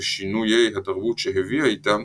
ושינויי התרבות שהביאה אתה,